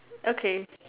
okay